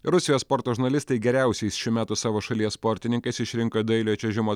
rusijos sporto žurnalistai geriausiais šių metų savo šalies sportininkais išrinko dailiojo čiuožimo